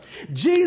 Jesus